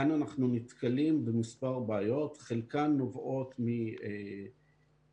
כאן אנחנו נתקלים מספר בעיות, חלקן נובעות מתגמול